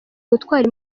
gutwara